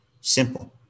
Simple